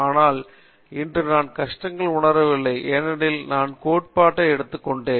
ஆனால் இன்று நான் கஷ்டங்களை உணரவில்லை ஏனெனில் நான் கோட்பாட்டை எடுத்துக்கொண்டேன்